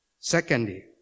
Secondly